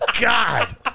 God